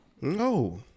No